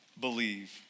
believe